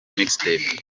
mixtape